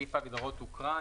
סעיף ההגדרות הוקרא.